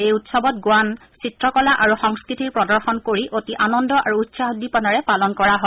এই উৎসৱত গোৱান চিত্ৰকলা আৰু সংস্থুতিৰ প্ৰদৰ্শন কৰি অতি আনন্দ আৰু উৎসাহ উদ্দীপনাৰে পালন কৰা হয়